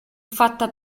fatta